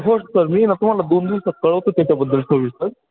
हो सर मी ना तुम्हाला दोन दिवसात कळवतो त्याच्याबद्दल सविस्तर